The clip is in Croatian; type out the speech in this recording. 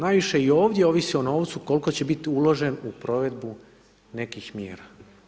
Najviše i ovdje ovisi o novcu kolko će biti uložen u provedbu nekih mjera.